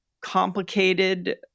complicated